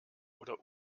oder